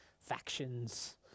factions